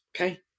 okay